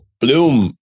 Bloom